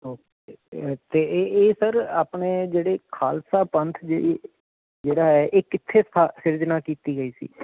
okay ਅਤੇ ਇਹ sir ਆਪਣੇ ਜਿਹੜੇ ਖਾਲਸਾ ਪੰਥ ਜੀ ਜਿਹੜਾ ਇਹ ਕਿੱਥੇ ਸਿਰਜਨਾ ਕੀਤੀ ਗਈ ਸੀ